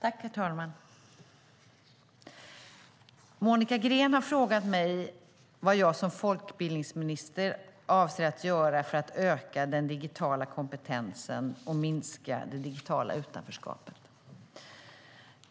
Herr talman! Monica Green har frågat mig vad jag som folkbildningsminister avser att göra för att öka den digitala kompetensen och minska det digitala utanförskapet.